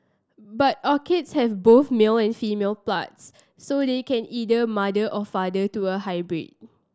but orchids have both male and female parts so they can either mother or father to a hybrid